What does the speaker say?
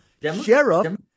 sheriff